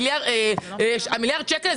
מיליארד שקלים,